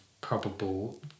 probable